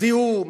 זיהום,